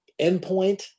Endpoint